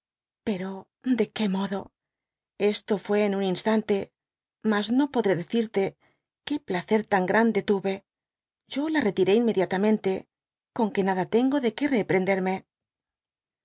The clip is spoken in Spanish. pero de qué modo esto fué en un instante mas no podré decirte que placer tan grande tuve yo la retiré inmediatamente con que nada tengo de que reprehenderme